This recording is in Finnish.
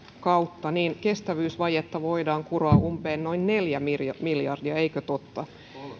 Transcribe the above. kautta kestävyysvajetta voidaan kuroa umpeen noin neljä miljardia miljardia eikö totta